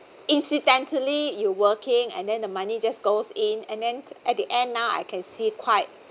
incidentally you working and then the money just goes in and then at the end now I can see quite